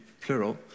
plural